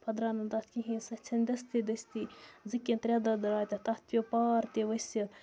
پَتہٕ درٛاو نہٕ تَتھ کِہیٖنۍ سَہ ژھیٚن دٔستی دٔستی زٕ کِنۍ ترٛےٚ دۄہ درٛاے تتھ پیو پار تہِ ؤسِتھ